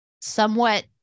somewhat